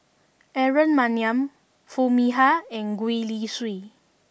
Aaron Maniam Foo Mee Har and Gwee Li Sui